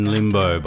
Limbo